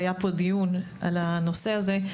היה פה דיון על הנושא הזה,